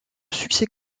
succès